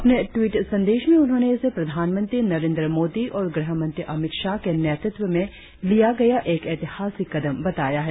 अपने टवीट संदेश में उन्होंने इसे प्रधानमंत्री नरेंद्र मोदी और गृहमंत्री अमित शाह के नेतृत्व में लिया गया एक ऐतिहासिक कदम बताया है